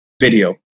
video